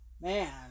Man